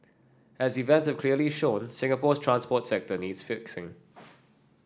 as events have clearly shown Singapore's transport sector needs fixing